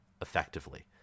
effectively